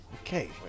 Okay